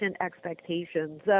expectations